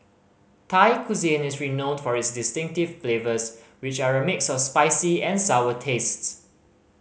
Thai cuisine is renowned for its distinctive flavors which are a mix of spicy and sour tastes